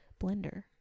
blender